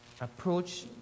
approach